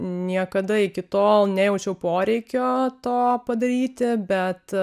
niekada iki tol nejaučiau poreikio to padaryti bet